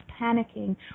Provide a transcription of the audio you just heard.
panicking